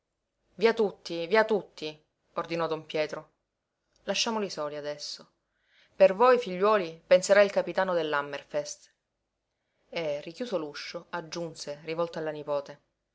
via tutti via tutti ordinò don pietro lasciamoli soli adesso per voi figliuoli penserà il capitano dell'hammerfest e richiuso l'uscio aggiunse rivolto alla nipote